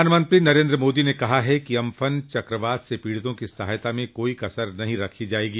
प्रधानमंत्री नरेन्द्र मोदी ने कहा है कि अम्फन चक्रवात से पीडितों की सहायता में कोई कसर नहीं रखी जाएगी